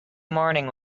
morning